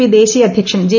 P ദേശീയ അധ്യക്ഷൻ J